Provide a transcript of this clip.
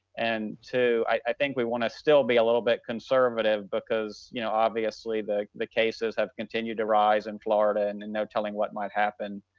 and two, i think we want to still be a little bit conservative because, you know, obviously the the cases have continued to rise in and florida and and no telling what might happen,